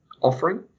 offering